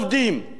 בעצם,